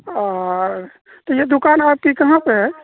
اور تو یہ دکان آپ کی کہاں پہ ہے